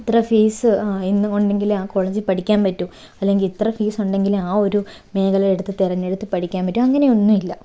ഇത്ര ഫീസ് ഇന്ന് ഉണ്ടെങ്കിൽ ആ കോളേജിൽ പഠിക്കാൻ പറ്റൂ അല്ലെങ്കിൽ ഇത്ര ഫീസ് ഉണ്ടെങ്കിലേ ആ ഒരു മേഖലയെടുത്ത് തിരഞ്ഞെടുത്ത് പഠിക്കാൻ പറ്റൂ അങ്ങനെയൊന്നുമില്ല